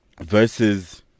versus